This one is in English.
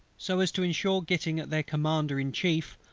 so as to ensure getting at their commander in chief,